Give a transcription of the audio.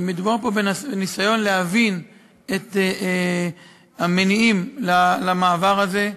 מדובר פה בניסיון להבין את המניעים למעבר הזה.